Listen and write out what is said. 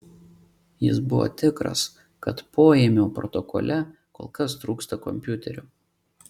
jis buvo tikras kad poėmio protokole kol kas trūksta kompiuterio